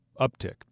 uptick